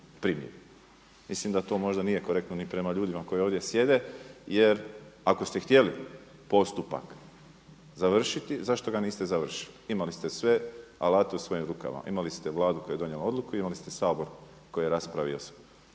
Mislim da to možda nije korektno ni prema ljudima koji ovdje sjede jer ako ste htjeli postupak završiti, zašto ga niste završili? Imali ste sve alate u svojim rukama. Imali ste Vladu koja je donijela odluku. Imali ste Sabor koji je raspravio